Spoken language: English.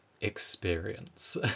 experience